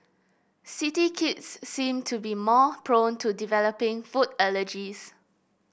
city kids seem to be more prone to developing food allergies